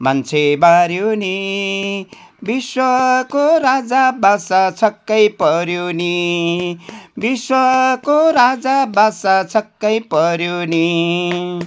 मान्छे माऱ्यो नि विश्वको राजा बादशाह छक्कै पऱ्यो नि विश्वको राजा बादशाह छक्कै पऱ्यो नि